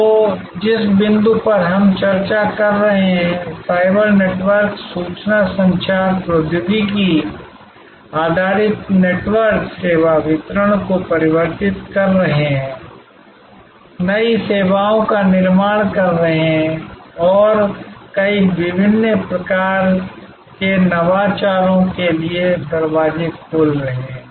तो जिस बिंदु पर हम चर्चा कर रहे हैं कि साइबर नेटवर्क सूचना संचार प्रौद्योगिकी आधारित नेटवर्क सेवा वितरण को परिवर्तित कर रहे हैं नई सेवाओं का निर्माण कर रहे हैं और कई विभिन्न प्रकार के नवाचारों के लिए दरवाजे खोल रहे हैं